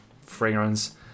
fragrance